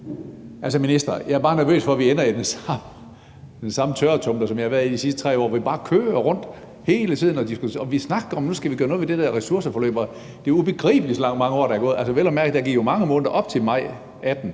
Altså, minister, jeg er bare nervøs for, at vi ender i den samme tørretumbler, som vi har været i de sidste 3 år, hvor vi bare kører rundt hele tiden og snakker om, at nu skal vi gøre noget ved det der ressourceforløb. Det er ubegribeligt, så mange år der er gået. Altså, der gik jo vel at mærke mange måneder op til maj 2018,